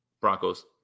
Broncos